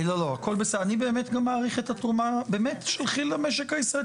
אני באמת גם מעריך את התרומה של כי"ל למשק הישראלי.